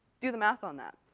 do the math on that.